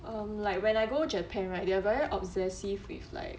um like when I go japan right they are very obsessive with like